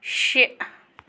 شےٚ